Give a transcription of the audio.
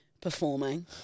performing